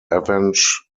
avenge